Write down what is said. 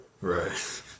Right